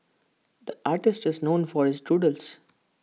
the artist just known for its doodles